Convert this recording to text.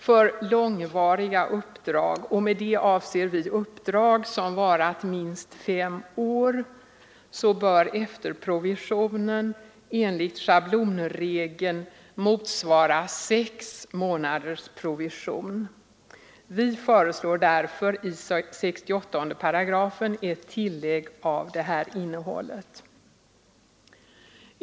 För långvariga uppdrag — och med det avser vi uppdrag som varat minst fem år — bör efterprovisionen enligt schablonregeln motsvara sex månaders provision. Vi föreslår därför i 68 § ett tillägg av det här innehållet.